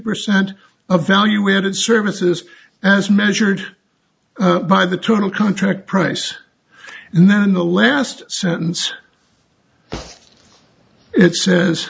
percent of value added services as measured by the total contract price and then in the last sentence it says